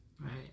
Right